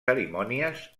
cerimònies